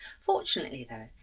fortunately though,